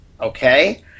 okay